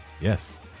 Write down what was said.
Yes